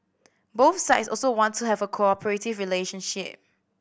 both sides also want to have a cooperative relationship